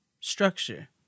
structure